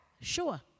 Sure